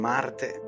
Marte